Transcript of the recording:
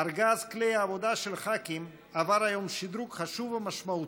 ארגז כלי העבודה של הח"כים עבר היום שדרוג חשוב ומשמעותי,